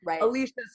Alicia's